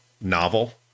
novel